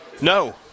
No